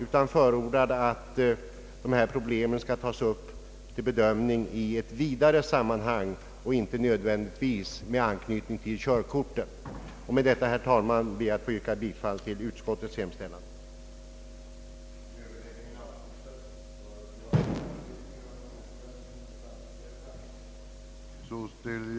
Utskottet förordar i stället att dessa problem tas upp till bedömning i vidare sammanhang och inte nödvändigtvis med anknytning till körkortet. Herr talman! Med detta ber jag att få yrka bifall till utskottets hemställan. Härmed får